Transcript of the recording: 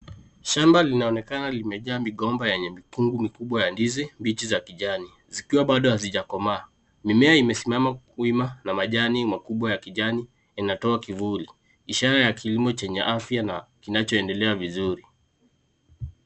Shamba linaonekana limejaa migomba yenye mikungu mikubwa ya ndizi, mbichi za kijani, zikiwa bado hazija komaa, mimea imesimama wima na majani makubwa ya kijani, inatoa kivuli, ishara ya kilimo chenye afya na kinacho endelea vizur.